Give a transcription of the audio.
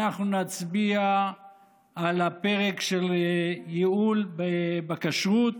אנחנו נצביע על הפרק של ייעול בכשרות,